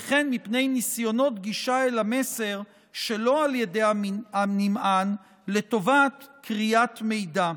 וכן מפני ניסיונות גישה אל המסר שלא על ידי הנמען לטובת כריית מידע.